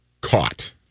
caught